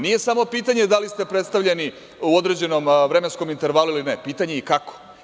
Nije samo pitanje da li ste predstavljeni u određenom vremenskom intervalu ili ne, pitanje je i kako.